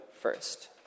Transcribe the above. first